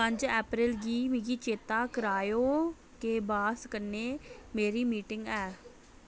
पंज अप्रैल गी मिगी चेत्ता कराएओ के बास कन्नै मेरी मीटिंग ऐ